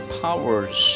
powers